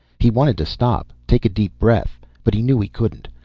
he wanted to stop, take a deep breath, but he knew he couldn't.